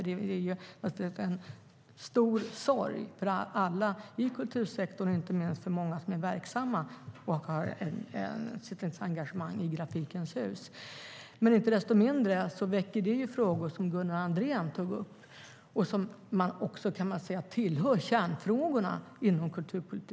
Det är en stor sorg för alla i kultursektorn som har ett engagemang i Grafikens Hus. Inte desto mindre väcker detta frågor, som Gunnar Andrén tog upp, som tillhör kärnfrågorna inom kulturpolitiken.